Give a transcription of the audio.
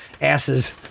asses